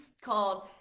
called